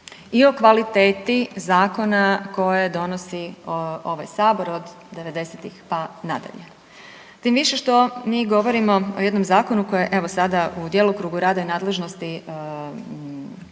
i o kvaliteti zakona koje donosi ovaj Sabor od 90-ih pa nadalje. Tim više što mi govorimo o jednom zakonu koji je, evo sada, u djelokrugu rada i nadležnosti